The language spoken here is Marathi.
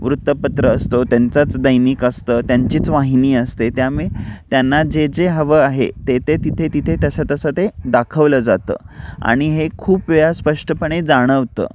वृत्तपत्र असतो त्यांचंच दैनिक असतं त्यांचीच वाहिनी असते त्यामुळे त्यांना जे जे हवं आहे ते ते तिथे तिथे तसं तसं ते दाखवलं जातं आणि हे खूप वेळा स्पष्टपणे जाणवतं